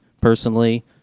personally